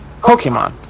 Pokemon